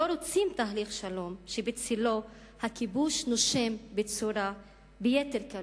לא רוצים תהליך שלום שבצלו הכיבוש נושם ביתר קלות.